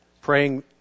praying